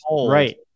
Right